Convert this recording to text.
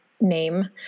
name